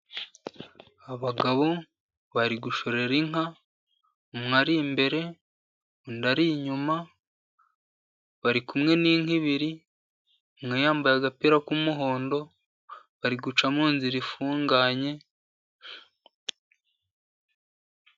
Abagabo bari gushorera inka umwe ari imbere undi ari inyuma, bari kumwe n'inka ebyri, umwa yambaye agapira k'umuhondo bari guca mu nzira ifunganye.